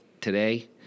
today